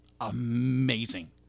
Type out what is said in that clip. amazing